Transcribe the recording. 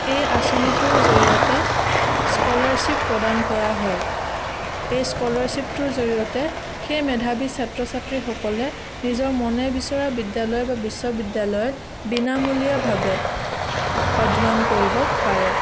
এই আঁচনিটোৰ জড়িয়তে স্কলাৰছিপ প্ৰদান কৰা হয় এই স্কলাৰছিপটোৰ জড়িয়তে সেই মেধাৱী ছাত্ৰ ছাত্ৰীসকলে নিজৰ মনে বিচৰা বিদ্যালয় বা বিশ্ববিদ্যালয়ত বিনামূলীয়াভাৱে অধ্য্যন কৰিব পাৰে